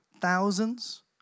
thousands